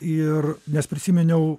ir nes prisiminiau